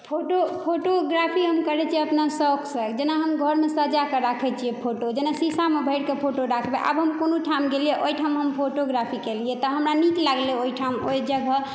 photo photography हम करै छियै अपना शौक सऽ जेना हम घरमे सजाके राखै छियै फोटो जेना शीशामे भरिके फोटो राखबे आब हम कोनो ठाम गेलिए ओहि ठाम हम फोटोग्राफी केलिए तऽ हमरा नीक लगलै ओहि ठाम ओहि जगह